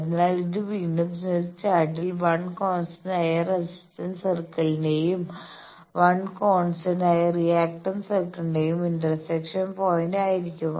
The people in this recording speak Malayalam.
അതിനാൽ ഇത് വീണ്ടും സ്മിത്ത് ചാർട്ടിൽ 1 കോൺസ്റ്റന്റായ റെസിസ്റ്റന്റ് സർക്കിളിന്റെയും1 കോൺസ്റ്റന്റായ റിയാക്ടന്റ് സർക്കിളിന്റെയും ഇന്റർസെക്ഷൻ പോയിന്റ് ആയിരിക്കും